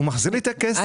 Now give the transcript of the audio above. הוא מחזיר לי את הכסף.